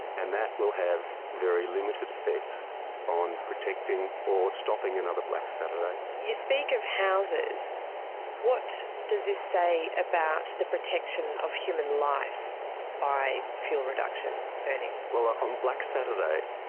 and that will have very limited effect on protecting or stopping another black saturday. you speak of houses what does this say about the protection of human life by fuel reduction burning? well, on um black saturday,